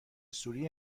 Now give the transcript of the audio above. سوری